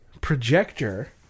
projector